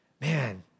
Man